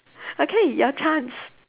okay your chance